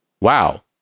wow